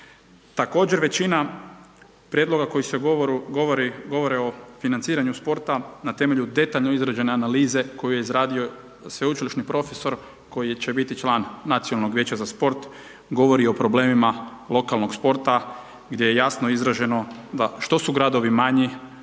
Također većina prijedloga koji se govori o financiranju sporta, na temelju detaljno izrađene analize, koju je izradio sveučilišni profesor, koji će biti član nacionalnog vijeća za sport, govori o problemima lokalnog sporta, gdje je jasno izraženo što su gradovi manji,